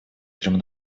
трем